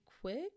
quick